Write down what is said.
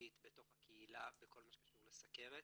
משמעותית בתוך הקהילה בכל מה שקשור לסוכרת.